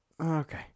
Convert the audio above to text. okay